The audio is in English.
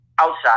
outside